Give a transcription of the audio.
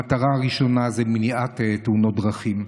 המטרה הראשונה זה מניעת תאונות דרכים.